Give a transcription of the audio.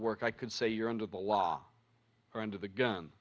work i could say you're under the law or under the gun